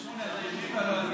38, בלועזי.